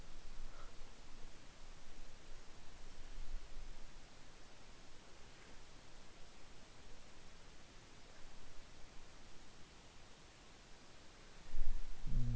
mm